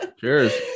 cheers